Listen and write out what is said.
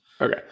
Okay